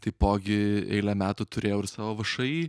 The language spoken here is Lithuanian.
taipogi eilę metų turėjau ir savo všį